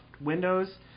Windows